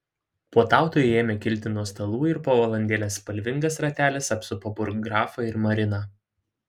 puotautojai ėmė kilti nuo stalų ir po valandėlės spalvingas ratelis apsupo burggrafą ir mariną